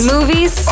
Movies